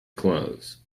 close